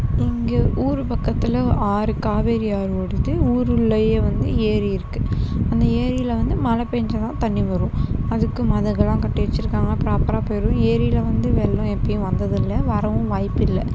எங்கள் ஊர் பக்கத்தில் ஆறு காவேரி ஆறு ஓடுது ஊருள்ளையே வந்து ஏரி இருக்குது அந்த ஏரியில் வந்து மழை பெஞ்சா தான் தண்ணி வரும் அதுக்கு மதகல்லாம் கட்டி வெச்சுருக்காங்க ப்ராப்ராக போய்ரும் ஏரியில் வந்து வெள்ளம் எப்போயும் வந்ததில்ல வரவும் வாய்ப்பில்ல